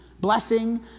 blessing